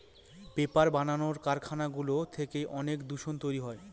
paper বানানোর কারখানাগুলো থেকে অনেক দূষণ তৈরী হয়